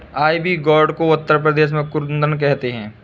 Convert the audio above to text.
ivy gourd को उत्तर प्रदेश में कुद्रुन कहते हैं